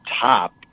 top